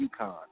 UConn